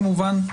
כמובן,